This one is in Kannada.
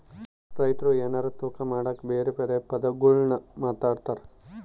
ರೈತ್ರು ಎನಾರ ತೂಕ ಮಾಡಕ ಬೆರೆ ಬೆರೆ ಪದಗುಳ್ನ ಮಾತಾಡ್ತಾರಾ